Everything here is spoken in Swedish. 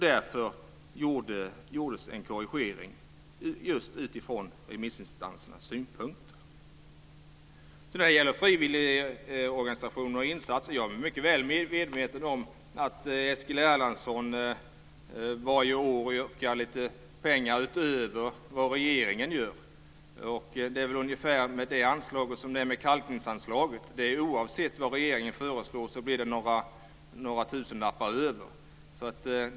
Därför gjordes en korrigering just utifrån remissinstansernas synpunkter. När det gäller frivilligorganisationer och deras insatser så är jag mycket väl medveten om att Eskil Erlandsson varje år yrkar på lite pengar utöver vad regeringen yrkar på. Det är väl ungefär med det anslaget som med kalkningsanslaget - oavsett vad regeringen föreslår blir det några tusenlappar mer.